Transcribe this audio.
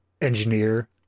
engineer